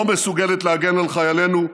המוסלמים לא מסוגלת להגן על חיילינו,